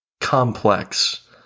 complex